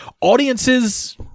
Audiences